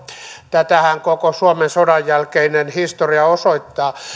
tätähän koko suomen sodanjälkeinen historia osoittaa